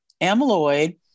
amyloid